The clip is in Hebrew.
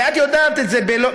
ואת יודעת את זה בתוך-תוכך,